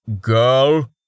Girl